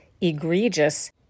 egregious